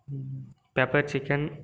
pepper chicken